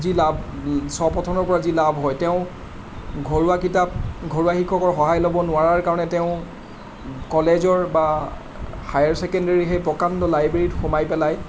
যি লাভ স্বপঠনৰ পৰা যি লাভ হয় তেওঁ ঘৰুৱা কিতাপ ঘৰুৱা শিক্ষকৰ সহায় ল'ব নোৱাৰাৰ কাৰণে তেওঁ কলেজৰ বা হায়াৰ চেকেণ্ডেৰী সেই প্ৰকাণ্ড লাইব্ৰেৰীত সোমাই পেলাই